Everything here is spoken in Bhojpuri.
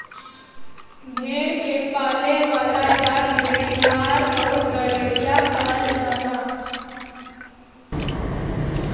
भेड़ के पाले वाला जाति भेड़ीहार आउर गड़ेरिया कहल जाला